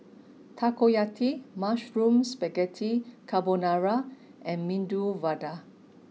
Takoyaki Mushroom Spaghetti Carbonara and Medu Vada